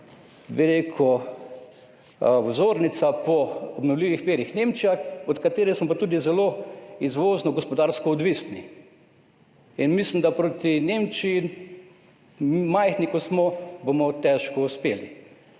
bi rekel, vzornica po obnovljivih virih Nemčija, od katere smo pa tudi zelo izvozno gospodarsko odvisni. Mislim, da bomo proti Nemčiji, majhni, kot smo, težko uspeli